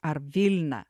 ar vilna